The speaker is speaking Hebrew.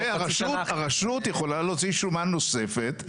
והרשות יכולה להוציא שומה נוספת.